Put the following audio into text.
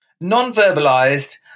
non-verbalized